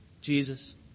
Jesus